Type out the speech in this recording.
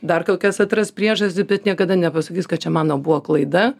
dar kokias atras priežastis bet niekada nepasakys kad čia mano buvo klaida